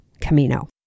Camino